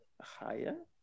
higher